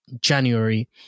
January